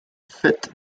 faite